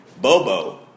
Bobo